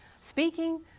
Speaking